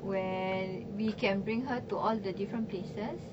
where we can bring her to all the different places